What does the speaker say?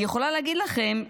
אני יכולה להגיד לכם,